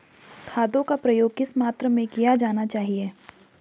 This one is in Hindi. खादों का प्रयोग किस मात्रा में किया जाना चाहिए?